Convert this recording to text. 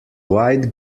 wide